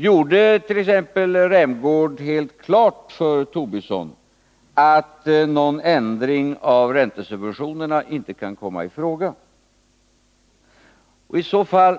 Gjorde t.ex. Rolf Rämgård helt klart för Lars Tobisson att någon ändring av räntesubventionerna inte kan komma i fråga? Vad är det i så fall